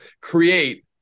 create